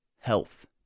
health